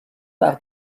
par